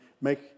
make